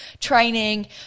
training